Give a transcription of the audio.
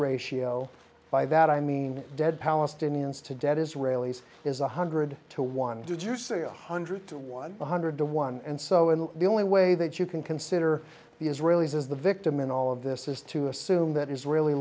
ratio by that i mean dead palestinians to dead israelis is one hundred to one did you say a hundred to one hundred to one and so and the only way that you can consider the israelis as the victim in all of this is to assume that israeli